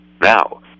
Now